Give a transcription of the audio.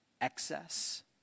excess